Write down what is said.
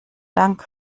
dank